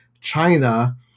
China